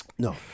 No